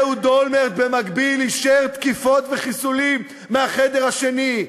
אהוד אולמרט במקביל אישר תקיפות וחיסולים מהחדר השני.